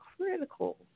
critical